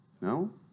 no